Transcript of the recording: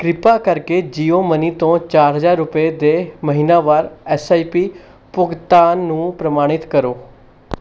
ਕਿਰਪਾ ਕਰਕੇ ਜੀਓ ਮਨੀ ਤੋਂ ਚਾਰ ਹਜ਼ਾਰ ਰੁਪਏ ਦੇ ਮਹੀਨਾਵਰ ਐੱਸ ਆਈ ਪੀ ਭੁਗਤਾਨ ਨੂੰ ਪ੍ਰਮਾਣਿਤ ਕਰੋ